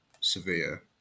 severe